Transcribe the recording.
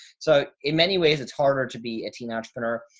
so in many ways it's harder to be a teen entrepreneur,